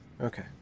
Okay